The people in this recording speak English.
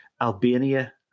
Albania